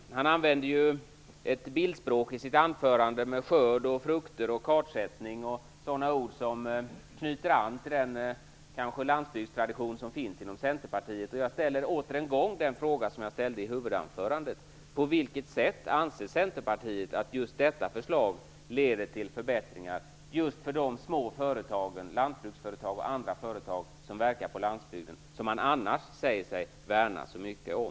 Kenneryd använde ju i sitt anförande ett bildspråk med skörder, frukter, kartsättning och sådana ord som knyter an till den eventuella lantbrukstradition som finns inom Centerpartiet. Därför ställer jag återigen den fråga som jag ställde i huvudanförandet: På vilket sätt anser Centerpartiet att detta förslag leder till förbättringar just för de små företagen, lantbruksföretag och andra, som verkar på landsbygden och som man annars säger sig värna så mycket om?